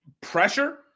pressure